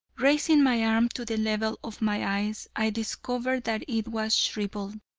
raising my arm to the level of my eyes i discovered that it was shriveled,